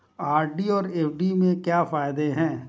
RD और F D के क्या फायदे हैं?